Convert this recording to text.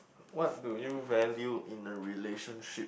what do you value in a relationship